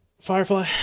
Firefly